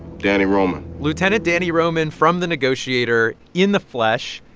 danny roman lieutenant danny roman from the negotiator in the flesh,